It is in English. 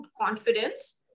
confidence